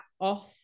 off